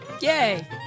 Yay